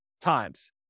times